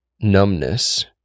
numbness